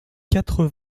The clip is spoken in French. quatre